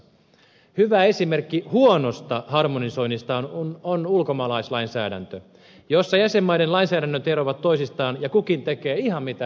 hyvä esimerkki huonosta harmonisoinnista on ulkomaalaislainsäädäntö jossa jäsenmaiden lainsäädännöt eroavat toisistaan ja kukin tekee ihan mitä lystää